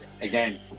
again